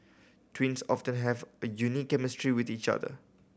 twins often have a unique chemistry with each other